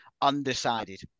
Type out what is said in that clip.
undecided